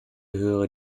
hör